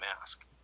mask